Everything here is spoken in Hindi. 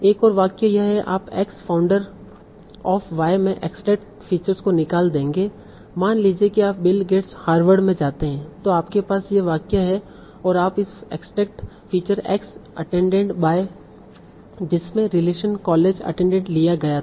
एक और वाक्य यह है आप X फाउंडर ऑफ़ Y में एक्सट्रेक्ट फीचर्स को निकाल देंगे मान लीजिए कि आप बिल गेट्स हार्वर्ड में जाते हैं तो आपके पास यह वाक्य है और आप इस extract feature X attended by जिसमें रिलेशन कॉलेज अटेंनडेड लिया गया था